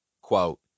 Quote